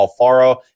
Alfaro